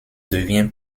devient